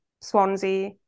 Swansea